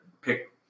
pick